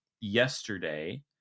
yesterday